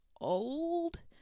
old